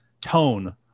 tone